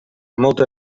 molta